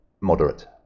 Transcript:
Moderate